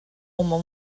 uma